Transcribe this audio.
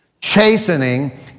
Chastening